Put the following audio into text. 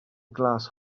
glas